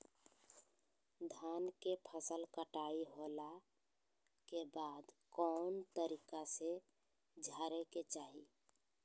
धान के फसल कटाई होला के बाद कौन तरीका से झारे के चाहि?